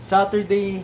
Saturday